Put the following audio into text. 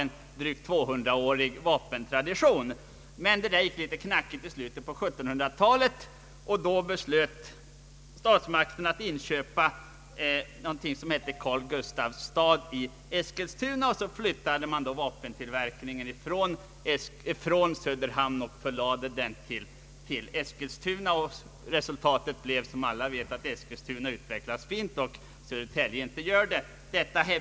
Man hade en drygt 200-årig vapentradition. Men det gick litet knackigt i slutet på 1700-talet, och då beslöt statsmakterna att inköpa Karl Gustavs stad i Eskilstuna. Så flyttades då vapentillverkningen från Söderhamn och förlades till Eskilstuna. Resultatet blev som alla vet att Eskilstuna utvecklats fint, men inte Söderhamn.